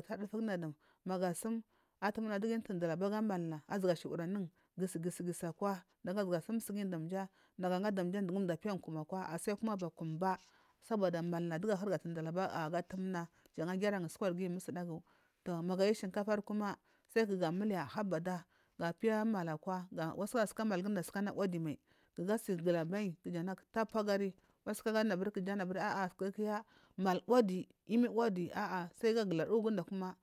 zuwa aduri dam magu asum atum na duga atumbada bal du umalna azuwa shur anun bis akowa nagu azuwa sum sumugiyi dam ja magu auga dam ja nagu anga dam ja dugu mdu apiyan kum akuwa soba da malna dum mdu apiya akuwana asi kum akomai girayi usukur guyi musudagu. Maga ayiu shinkafa sai ku gu amudaya habada ga piya malu akuwa suka gu apiya mala uwadi mai gu atundula bayi kuja ana tapu agari wasuka gana bari mala kuya kuja ana uwadi mai sai ga gutari uwi gunda.